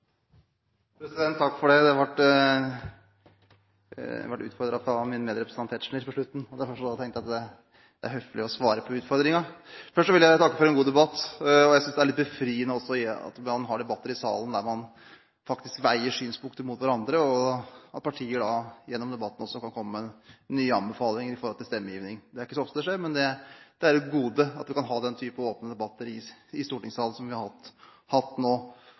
å svare på utfordringen. Først vil jeg takke for en god debatt. Jeg synes det er litt befriende at man også har debatter i salen hvor man faktisk veier synspunkter opp mot hverandre, og at partier gjennom debatten også kan komme med nye anbefalinger når det gjelder stemmegivning. Det er ikke så ofte det skjer, men det er et gode at vi kan ha den type åpne debatter i stortingssalen som vi har hatt nå. Til representanten Tetzschner: Grunnen til at vi nå